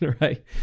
right